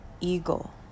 eagle